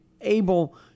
able